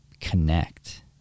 connect